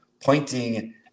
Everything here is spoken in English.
pointing